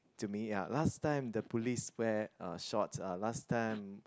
to me ya last time the police wear uh shorts uh last time